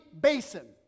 basin